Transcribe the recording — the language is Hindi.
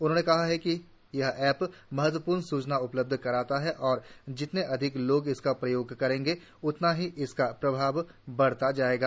उन्होंने कहा कि यह ऐप महत्वपूर्ण सूचना उपलब्ध कराता है और जितने अधिक लोग इसका उपयोग करेंगे उतना ही इसका प्रभाव बढ़ता जाएगा